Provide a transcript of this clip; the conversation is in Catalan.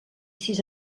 sis